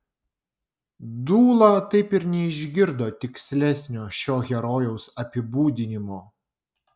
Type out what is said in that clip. dūla taip ir neišgirdo tikslesnio šio herojaus apibūdinimo